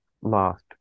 last